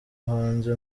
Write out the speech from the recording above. hanze